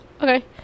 Okay